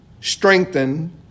strengthen